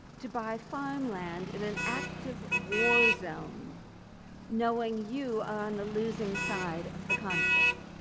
to buy farmland in an active war zone knowing you are on the losing side of the conflict.